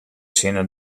sinne